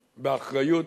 באחריות,